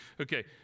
Okay